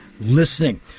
Listening